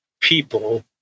people